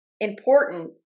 important